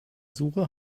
suche